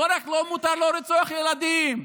לא רק שלא מותר לרצוח ילדים,